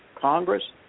Congress